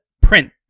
Print